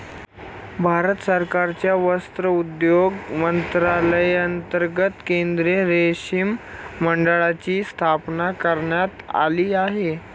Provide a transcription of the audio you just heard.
भारत सरकारच्या वस्त्रोद्योग मंत्रालयांतर्गत केंद्रीय रेशीम मंडळाची स्थापना करण्यात आली आहे